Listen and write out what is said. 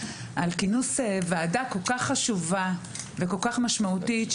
על כינוס ועדה כל כך חשובה וכל כך משמעותית,